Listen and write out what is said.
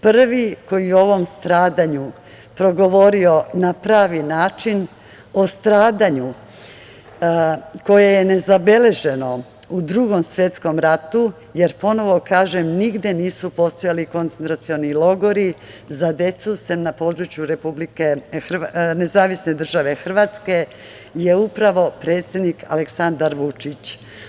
Prvi koji je o ovom stradanju progovorio na pravi način, o stradanju koje je nezabeleženo u Drugom svetskom ratu, jer ponovo kažem, nigde nisu postojali koncentracioni logori za decu sem na području NDH, je upravo predsednik Aleksandar Vučić.